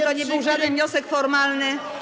To nie był żaden wniosek formalny.